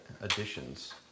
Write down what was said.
additions